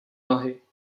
nohy